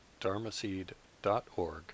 dharmaseed.org